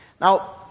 Now